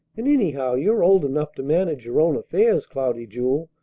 and anyhow you're old enough to manage your own affairs, cloudy jewel.